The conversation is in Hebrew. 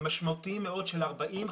משמעותיים מאוד של 40,